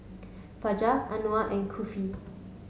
Fajar Anuar and Kifli